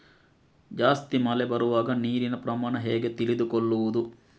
ಜಾಸ್ತಿ ಮಳೆ ಬರುವಾಗ ನೀರಿನ ಪ್ರಮಾಣ ಹೇಗೆ ತಿಳಿದುಕೊಳ್ಳುವುದು?